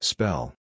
Spell